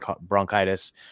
bronchitis